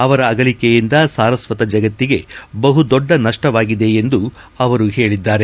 ಅವರ ಅಗಲಿಕೆಯಿಂದ ಸಾರಸ್ವತ ಜಗತ್ತಿಗೆ ಬಹು ದೊಡ್ಡ ನಷ್ಷವಾಗಿದೆ ಎಂದು ಅವರು ಹೇಳಿದ್ದಾರೆ